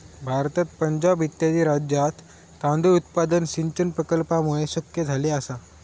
भारतात पंजाब इत्यादी राज्यांत तांदूळ उत्पादन सिंचन प्रकल्पांमुळे शक्य झाले आसा